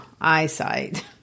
eyesight